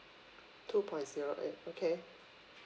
two point zero eight okay